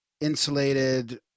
insulated